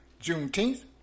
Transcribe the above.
Juneteenth